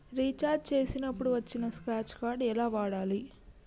Recharge చేసినప్పుడు వచ్చిన scratch card ఎలా వాడాలి?